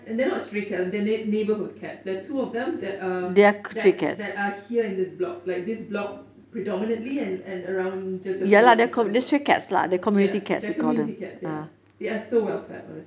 and they're not stray cats they they are neighbourhood cats there are two of them that are that that are here in this block like this block predominantly and and around just a few other blocks yes they're community cats ya they are so well fed honestly